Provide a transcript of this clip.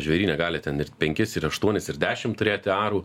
žvėryne gali ten ir penkis ir aštuonis ir dešimt turėti arų